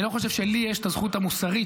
-- אני לא חושב שלי יש את הזכות המוסרית